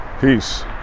Peace